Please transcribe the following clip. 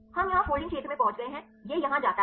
हम यहाँ फोल्डिंग क्षेत्र में पहुँच गए यह यहाँ जाता है